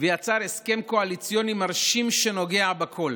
ויצר הסכם קואליציוני מרשים שנוגע בכול,